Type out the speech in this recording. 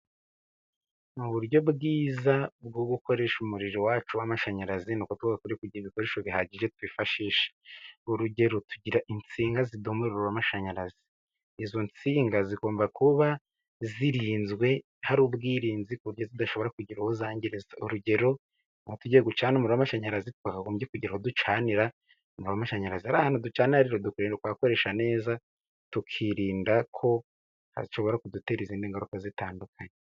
Mu buryo bwiza bwo gukoresha umuriro iwacu w' amashanyarazi ni kuko twagakwiriye kugira ibikoresho bihagije twifashisha. urugero: tugira insinga ziduha amashanyarazi, izo nsinga zigomba kuba zirinzwe hari ubwirinzi ku buryo zidashobora kugira uwo zangiza. urugero: niba tugiye gucana umuriro w'amashanyarazi twagombye kugira aho ducanira amashanyarazi. Hariya hantu ducanira rero twagakwiye kuhakoresha neza tukirinda ko hashobora kudutera izindi ngaruka zitandukanye.